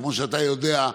כמו שאתה יודע,